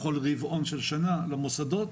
בכל רבעון של שנה למוסדות,